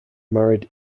married